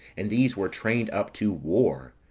and these were trained up to war.